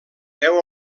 deu